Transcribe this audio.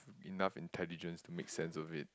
enough intelligent to make sense of it